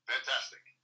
Fantastic